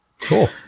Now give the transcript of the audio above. Cool